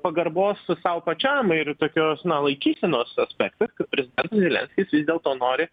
pagarbos sau pačiam ir tokios na laikysenos aspektas kad prezidentas zelenskis vis dėlto nori